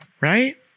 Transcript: right